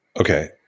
Okay